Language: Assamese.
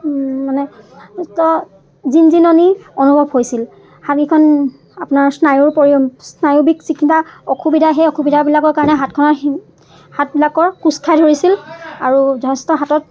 মানে ত জিনজিননি অনুভৱ হৈছিল হাতকেইখন আপোনাৰ স্নায়ুৰ পৰি স্নায়ুবিক যিকেইটা অসুবিধা সেই অসুবিধাবিলাকৰ কাৰণে হাতখনৰ হাতবিলাকৰ কোঁচ খাই ধৰিছিল আৰু যথেষ্ট হাতত